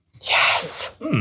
Yes